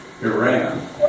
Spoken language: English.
Iran